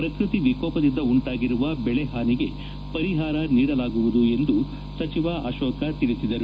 ಪ್ರಕೃತಿ ವಿಕೋಪದಿಂದ ಉಂಟಾಗಿರುವ ಬೆಳೆ ಹಾನಿಗೆ ಪರಿಹಾರ ನೀಡಲಾಗುವುದು ಎಂದೂ ಅಶೋಕ್ ತಿಳಿಸಿದರು